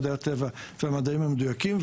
מדעי הטבע והמדעים המדויקים,